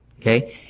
Okay